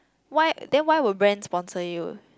why then why would brand sponsor you